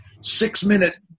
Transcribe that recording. six-minute